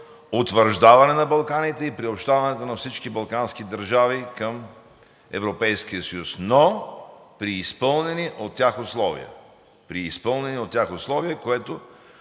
утвърждаване на Балканите и приобщаването на всички балкански държави към Европейския съюз, но при изпълнени от тях условия. При